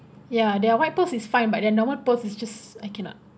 ya their white pearl is fine but their normal pear is just I cannot